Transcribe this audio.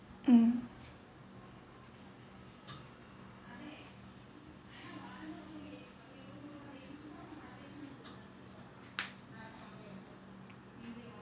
um